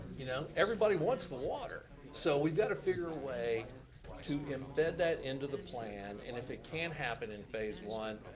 you know everybody wants the water. so we've gotta figure a way to embed that into the plan, and if it can happen in phase one,